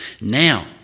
Now